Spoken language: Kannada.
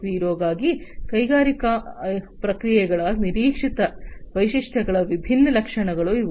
0 ಗಾಗಿ ಕೈಗಾರಿಕಾ ಪ್ರಕ್ರಿಯೆಗಳ ನಿರೀಕ್ಷಿತ ವೈಶಿಷ್ಟ್ಯಗಳ ವಿಭಿನ್ನ ಲಕ್ಷಣಗಳು ಇವು